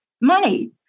money